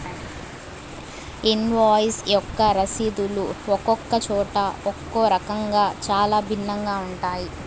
invoice యొక్క రసీదులు ఒక్కొక్క చోట ఒక్కో రకంగా చాలా భిన్నంగా ఉంటాయి